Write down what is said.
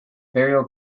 burial